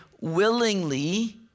willingly